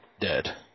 dead